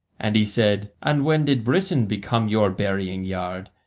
and he said, and when did britain become your burying-yard?